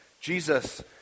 Jesus